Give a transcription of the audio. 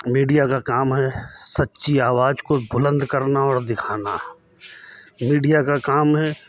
media का काम है सच्ची आवाज को बुलंद करना और दिखाना मीडिया का काम है